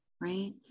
Right